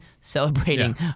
celebrating